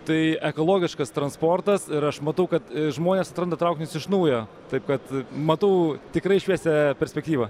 tai ekologiškas transportas ir aš matau kad žmonės atranda trauktis iš naujo tai kad matau tikrai šviesią perspektyvą